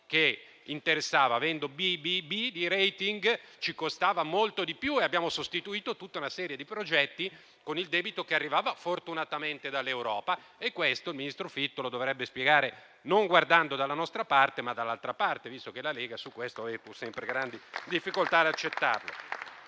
interessava, perché, avendo BBB di *rating*, ci costava molto di più e abbiamo sostituito tutta una serie di progetti con il debito che arrivava fortunatamente dall'Europa. Questo il ministro Fitto non lo dovrebbe spiegare guardando dalla nostra parte, ma dall'altra parte, visto che la Lega ha pur sempre grandi difficoltà ad accettarlo.